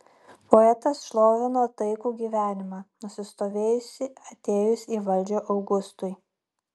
poetas šlovino taikų gyvenimą nusistovėjusį atėjus į valdžią augustui